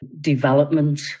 development